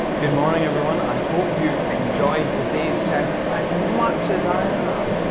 good morning everyone. i hope you've enjoyed today's service as much as i have.